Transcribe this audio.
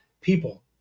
people